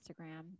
Instagram